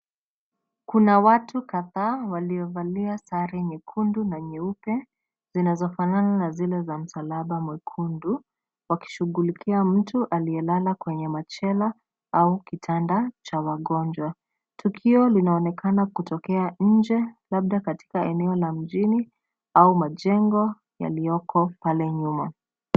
Kuna watu kadhaa waliovalia sare nyekundu na nyeupe zinazofanana na zile za Msalaba Mwekundu wakishughulikia mtu aliyelala kwenye machela au kitanda cha wagonjwa. Tukio linaonekana kutokea nje labda katika eneo la mjini au majengo yaliyoko pale nyuma.